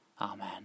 Amen